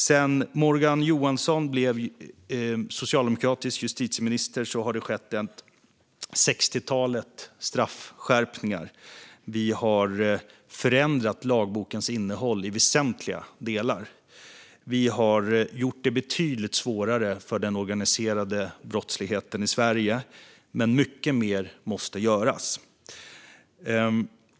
Sedan Morgan Johansson blev socialdemokratisk justitieminister har det skett ett sextiotal straffskärpningar. Vi har förändrat lagbokens innehåll i väsentliga delar. Vi har gjort det betydligt svårare för den organiserade brottsligheten i Sverige, men mycket mer måste göras.